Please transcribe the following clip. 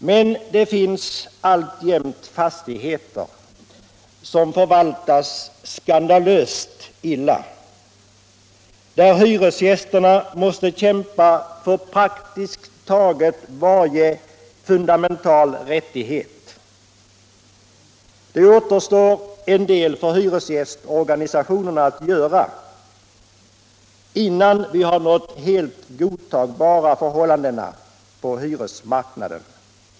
Men det finns alltjämt fastigheter som förvaltas skandalöst illa och där hyresgästerna måste kämpa för praktiskt taget varje fundamental rättighet. Det återstår sålunda en del för hyresgästorganisationerna att göra, innan vi har nått helt godtagbara förhållanden på hyresmarknaden.